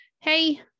Hey